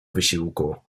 wysiłku